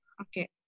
Okay